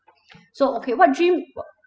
so okay what dream wh~